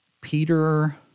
Peter